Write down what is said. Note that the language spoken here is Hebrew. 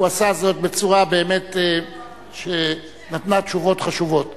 והוא עשה זאת בצורה שבאמת נתנה תשובות חשובות.